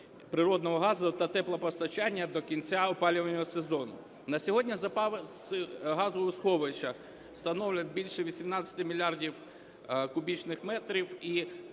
природного газу та теплопостачання до кінця опалювального сезону. На сьогодні запаси газу в сховищах становлять більше 18 мільярдів кубічних метрів,